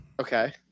Okay